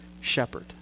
shepherd